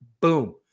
Boom